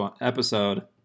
episode